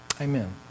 Amen